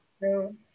no